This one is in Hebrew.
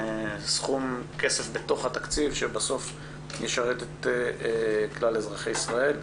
סכום כסף בתוך התקציב שבסוף ישרת את כלל אזרחי ישראל.